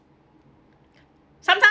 sometimes